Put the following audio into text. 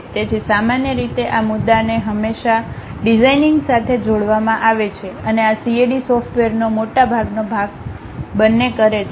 તેથી સામાન્ય રીતે આ મુદ્દાને હંમેશાં ડિઝાઇનિંગ સાથે જોડવામાં આવે છે અને આ CAD સોફ્ટવેરનો મોટાભાગનો ભાગ બંને કરે છે